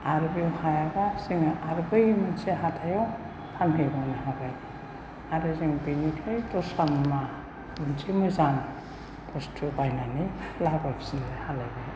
आरो बेव हायाब्ला जोङो आरो बै मोनसे हाथायाव फानहैबावनो हाबाय आरो जों बेनिफ्राय बै दस्रा मोनसे मोजां बुसथु बायनानै लाबोफिननो हालायबाय